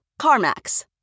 CarMax